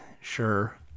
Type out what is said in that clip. sure